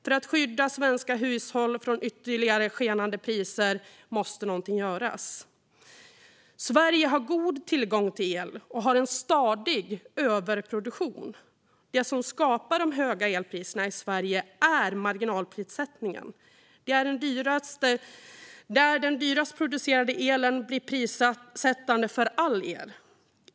För att skydda svenska hushåll från ytterligare skenande priser måste någonting göras. Sverige har god tillgång till el och har en stadig överproduktion. Det som skapar de höga elpriserna i Sverige är marginalprissättningen, där den dyrast producerade elen blir prissättande för all el.